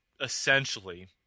essentially